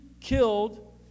killed